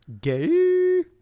Gay